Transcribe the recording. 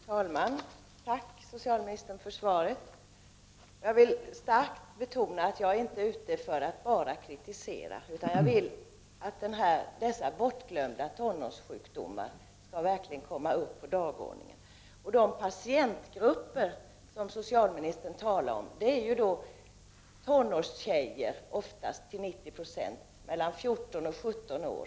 Herr talman! Jag tackar socialministern för svaret. Jag vill starkt betona att jag inte är ute efter att bara kritisera, utan jag vill att dessa bortglömda tonårssjukdomar verkligen kommer upp på dagordningen. De patientgrupper som socialministern talar om är till 90 76 tonårstjejer mellan 14 och 17 år.